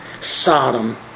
Sodom